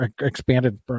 expanded